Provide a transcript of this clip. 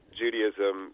judaism